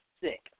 sick